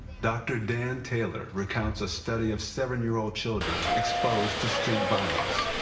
dr. dan taylor recounts a study of seven-year-old children exposed to street violence.